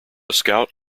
scout